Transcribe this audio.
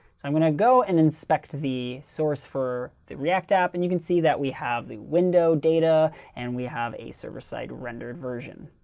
so i'm going to go and inspect the source for the react app, and you can see that we have the window data and we have a server-side rendered version.